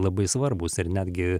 labai svarbūs ir netgi